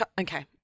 Okay